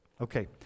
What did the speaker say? Okay